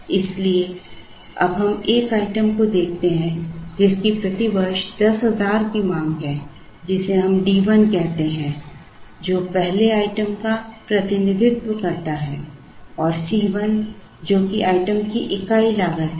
इसलिए अब हम एक आइटम को देखते हैं जिसकी प्रति वर्ष 10000 की मांग है जिसे हम D1 कहते हैं जो पहले आइटम का प्रतिनिधित्व करता है और C1 जो कि आइटम की इकाई लागत है